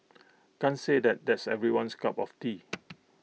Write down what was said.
can't say that that's everyone's cup of tea